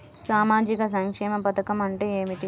సామాజిక సంక్షేమ పథకం అంటే ఏమిటి?